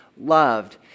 loved